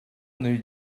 new